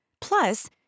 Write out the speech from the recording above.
Plus